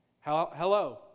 Hello